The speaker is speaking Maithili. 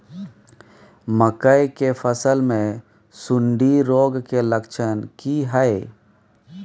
मकई के फसल मे सुंडी रोग के लक्षण की हय?